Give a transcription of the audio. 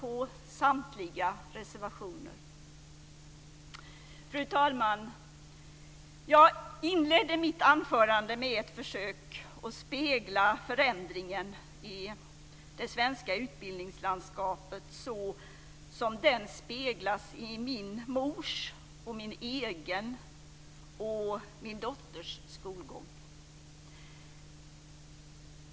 Jag inledde mitt anförande med ett försök att spegla förändringen i det svenska utbildningslandskapet såsom den speglas i min mors, min egen och min dotters skolgång.